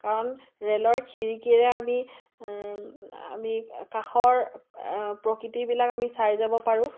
কাৰণ ৰেলৰ খিৰিকিৰে আমি আমি কাষৰ প্ৰকৃতিবিলাক আমি চাই যাব পাৰোঁ